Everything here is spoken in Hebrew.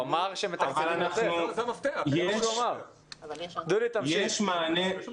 הוא אמר שמתקצבים --- יש מענה --- אני